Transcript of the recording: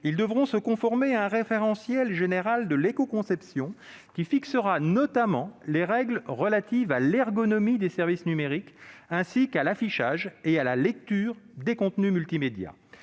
Ils devront se conformer à un référentiel général de l'écoconception, qui fixera notamment les règles relatives à l'ergonomie des services numériques, ainsi qu'à l'affichage et à la lecture des contenus multimédias.